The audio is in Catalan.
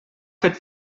fet